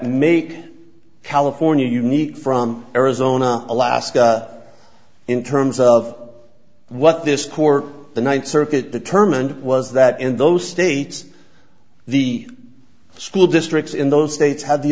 make california unique from arizona alaska in terms of what this court the ninth circuit the term and it was that in those states the school districts in those states have the